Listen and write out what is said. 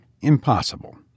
impossible